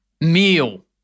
meal